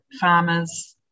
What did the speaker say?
farmers